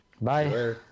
Bye